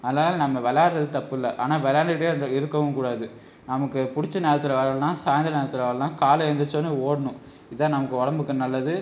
அதனாலே நம்ம விளாடுறது தப்புல்ல ஆனால் விளாண்டுகிட்டே இருந் இருக்கவும் கூடாது நமக்கு பிடிச்ச நேரத்தில் விளையாட்ணுன்னா சாய்ந்தரம் நேரத்தில் விளாட்லாம் காலை எழுந்திருச்ச உடனே ஓடணும் இதுதான் நமக்கு உடம்புக்கு நல்லது